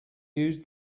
use